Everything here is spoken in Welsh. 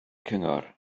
cyngor